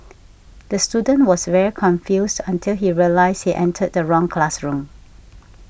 the student was very confused until he realised he entered the wrong classroom